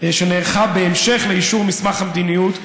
שנערכה בהמשך לאישור מסמך המדיניות,